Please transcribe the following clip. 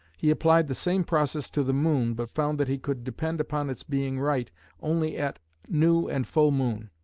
he applied the same process to the moon but found that he could depend upon its being right only at new and full moon.